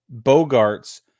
Bogarts